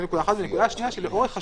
נקודה שנייה לאורך השנים,